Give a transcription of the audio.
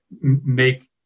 make